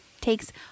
takes